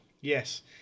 Yes